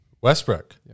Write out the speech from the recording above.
Westbrook